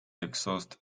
exhaust